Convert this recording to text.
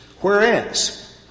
Whereas